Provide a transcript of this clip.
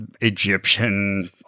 Egyptian